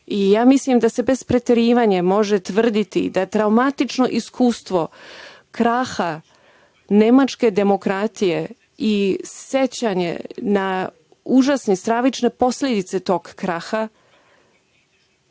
kontinent. Mislim da se bez preterivanja može tvrditi da traumatično iskustvo kraha nemačke demokratije i sećanje na užasne i stravične posledice tog kraha,